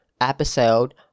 episode